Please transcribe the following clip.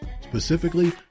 specifically